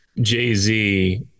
Jay-Z